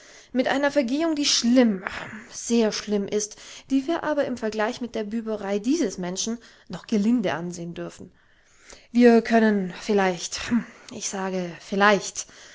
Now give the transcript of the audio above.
mit einer vergehung die schlimm rhm sehr schlimm ist die wir aber im vergleich mit der büberei dieses menschen noch gelinde ansehen dürfen wir können vielleicht rhm ich sage vielleicht